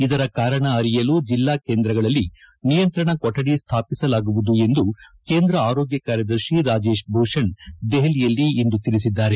ಇದರ ಕಾರಣ ಅರಿಯಲು ಜಿಲ್ಲಾ ಕೇಂದ್ರಗಳಲ್ಲಿ ನಿಯಂತ್ರಣ ಕೊಠಡಿಯನ್ನು ಸ್ವಾಪಿಸಲಾಗುವುದು ಎಂದು ಕೇಂದ್ರ ಆರೋಗ್ಗ ಕಾರ್ಯದರ್ಶಿ ರಾಜೇಶ್ ಭೂಷಣ್ ದೆಪಲಿಯಲ್ಲಿಂದು ತಿಳಿಸಿದ್ದಾರೆ